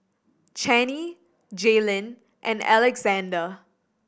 Channie Jaelynn and Alexandr